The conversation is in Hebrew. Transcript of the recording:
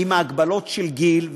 עם ההגבלות של גיל,